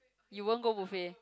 you won't go buffet